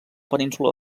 península